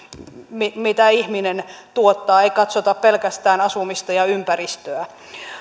mitä ihminen tuottaa eikä katsota pelkästään asumista ja ympäristöä